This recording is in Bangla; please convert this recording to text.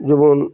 যেমন